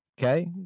okay